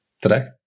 today